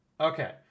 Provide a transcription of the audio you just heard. Okay